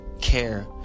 care